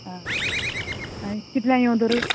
आं आनी कितल्या येवं तरू